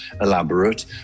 elaborate